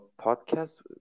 podcast